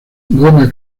goma